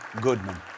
Goodman